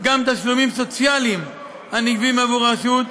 גם תשלומים סוציאליים הנגבים עבור הרשות,